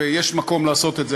ויש מקום לעשות את זה,